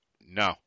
No